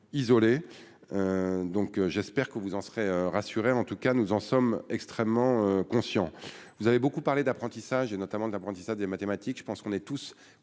isolés, donc j'espère que vous en serez rassurée en tout cas, nous en sommes extrêmement conscients, vous avez beaucoup parlé d'apprentissage et notamment de l'apprentissage des mathématiques, je pense qu'on est tous